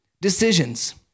decisions